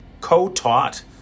co-taught